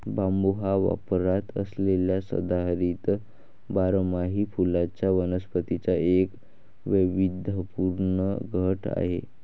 बांबू हा वापरात असलेल्या सदाहरित बारमाही फुलांच्या वनस्पतींचा एक वैविध्यपूर्ण गट आहे